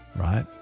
right